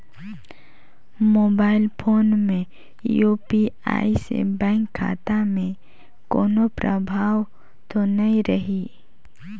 Mobile phone मे UPI से bank खाता मे कोनो प्रभाव तो नइ रही?